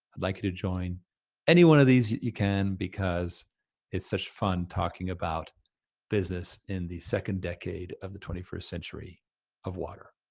like you to join any one of these that you can because it's such fun talking about business in the second decade of the twenty first century of water.